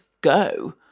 go